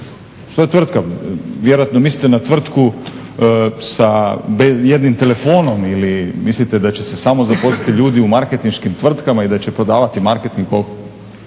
Što je tvrtka, vjerojatno mislite na tvrtku sa jednim telefonom ili mislite da će se samo zaposliti ljudi u marketinškim tvrtkama i da će prodavati marketing.